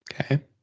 Okay